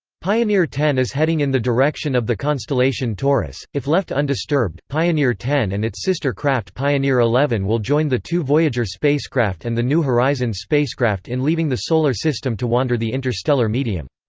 pioneer ten is heading in the direction of the constellation taurus if left undisturbed, pioneer ten and its sister craft pioneer eleven will join the two voyager spacecraft and the new horizons spacecraft in leaving the solar system to wander the interstellar medium.